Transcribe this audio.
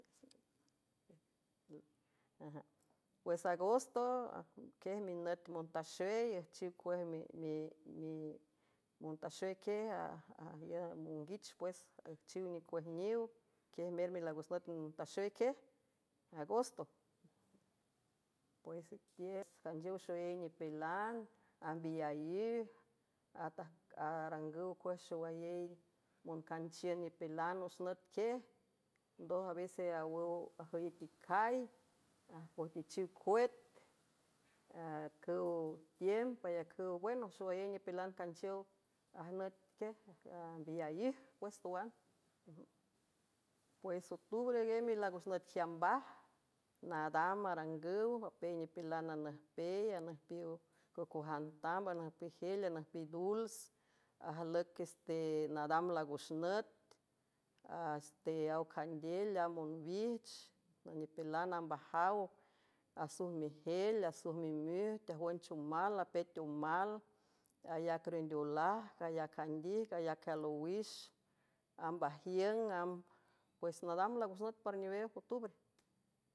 Pues agostoquiej minüt montaxey üjchiw cuej imontaxoi quiej y monguich pues üjchiw nicuejniw quiej mer milagus nüt ntaxoy quiej agosto uesqis canchiow xoyey nipilan ambiyaíj atarangüw cuej xowayey moncanchiün nipilan wüx nüt quiej ndoj avesew ajüyit ical pojtichiw cuet cüw tiemp ayacüw wen oxowayey nipilan canchiow jntimbiyaíj pues twan pues otubre milagus nütjiambaj nadam arangüw apey nipilan anüjpey anüjpiw cocojantamb anüjpejel anüjpiw dulz ajlüic cuies te nadam lagox nüt ateaw candel amonwijchnipilan amb ajaw asuj mijel asuj mimuj teajwünchomal apey teomal ayac rendiolajgayacandijg ayacalowix amb ajiüng b pues nadam lagux nüt par newej octubre.